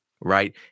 right